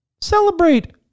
celebrate